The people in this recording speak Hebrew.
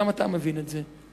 גם אתה מבין את זה.